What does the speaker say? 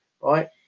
right